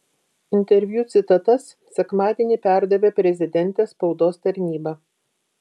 interviu citatas sekmadienį perdavė prezidentės spaudos tarnyba